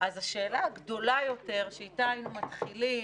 אז השאלה הגדולה יותר שאיתה היינו מתחילים